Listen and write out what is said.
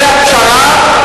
וזו היתה פשרה,